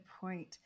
point